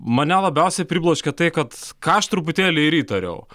mane labiausiai pribloškia tai kad ką aš truputėlį ir įtariau